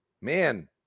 man